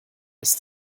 ist